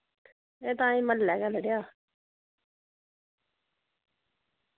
एह् ताहीं म्हल्लै गै साढ़े